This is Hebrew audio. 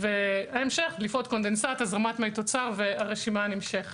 דליפות- -- הזרמת מי תוצר והרשימה נמשכת.